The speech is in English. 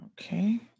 Okay